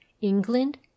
England